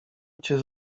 cię